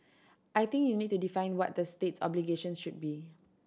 I think you need to define what the state's obligations should be